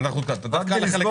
כשותף